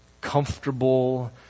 comfortable